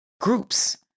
groups